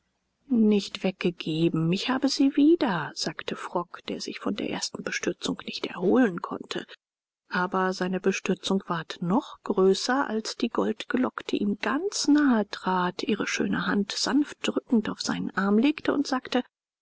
nicht weggegeben ich habe sie wieder sagte frock der sich von der ersten bestürzung nicht erholen konnte aber seine bestürzung ward noch größer als die goldgelockte ihm ganz nahe trat ihre schöne hand sanft drückend auf seinen arm legte und sagte